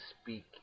speak